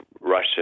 Russia